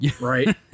Right